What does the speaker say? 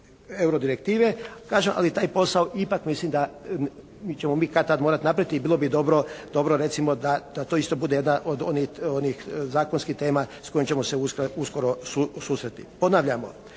kažem, ali taj posao ipak mislim da mi ćemo kad-tad morati napraviti i bilo bi dobro recimo da to isto bude jedna od onih zakonskih tema s kojima ćemo se uskoro susresti. Ponavljamo,